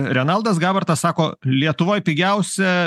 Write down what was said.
renaldas gabartas sako lietuvoj pigiausia